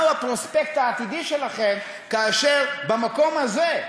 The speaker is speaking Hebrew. מהו הפרוספקט העתידי שלכם כאשר במקום הזה,